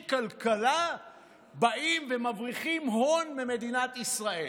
כלכלה באים ומבריחים הון ממדינת ישראל,